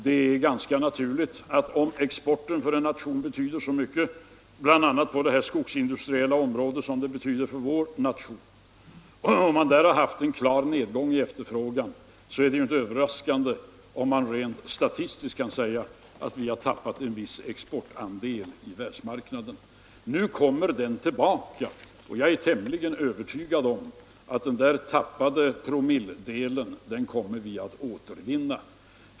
Det är ganska naturligt att om exporten för en nation betyder så mycket, för vår del bl.a. på det skogsindustriella området, är det inte överraskande om man vid en klar nedgång i efterfrågan rent statistiskt kan säga att vi har tappat en viss exportandel av världsmarknaden. Nu kommer den tillbaka, och jag är tämligen övertygad om att vi kommer att återvinna den här tappade promilledelen.